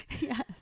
Yes